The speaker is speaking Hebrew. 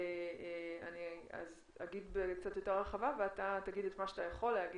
אני ארחיב ותוכל לומר את מה שאתה יכול.